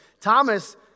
Thomas